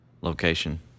location